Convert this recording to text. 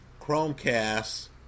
Chromecast